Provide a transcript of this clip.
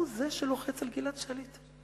הוא זה שלוחץ על גלעד שליט,